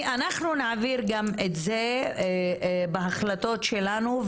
אנחנו נעביר גם את זה בהחלטות שלנו,